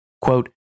Quote